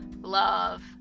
love